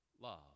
love